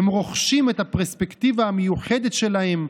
הם רוכשים את הפרספקטיבה המיוחדת שלהם,